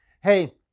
Hey